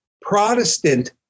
Protestant